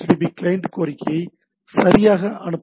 client கோரிக்கையை சரியாக அனுப்புகிறது